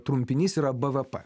trumpinys yra bvp